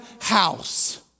house